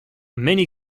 many